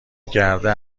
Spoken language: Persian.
گرده